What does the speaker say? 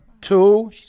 Two